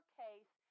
case